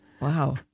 Wow